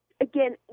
again